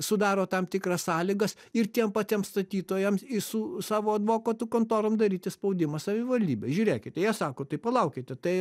sudaro tam tikras sąlygas ir tiem patiem statytojam su savo advokatų kontorom daryti spaudimą savivaldybei žiūrėkite jie sako tai palaukite tai